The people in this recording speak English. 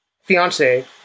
fiance